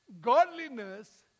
Godliness